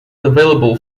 available